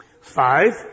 Five